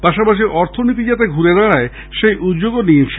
পাশাপাশি অর্থনীতি যাতে ঘুরে দাঁড়ায় সেই উদ্যোগও নিয়েছে